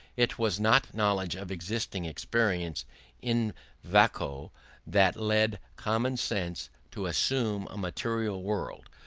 it was not knowledge of existing experiences in vacuo that led common sense to assume a material world,